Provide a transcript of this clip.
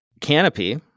Canopy